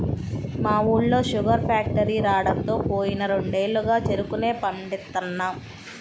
మా ఊళ్ళో sugar factory రాడంతో పోయిన రెండేళ్లుగా చెరుకునే పండిత్తన్నాం